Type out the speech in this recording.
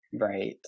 Right